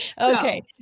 Okay